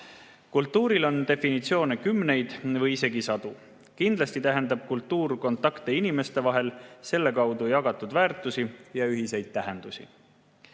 rakendada. Kultuuril on definitsioone kümneid või isegi sadu. Kindlasti tähendab kultuur kontakte inimeste vahel, selle kaudu jagatud väärtusi ja ühiseid tähendusi.